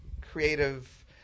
creative